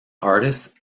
artist